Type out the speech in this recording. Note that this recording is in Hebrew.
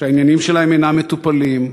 שהעניינים שלהם אינם מטופלים,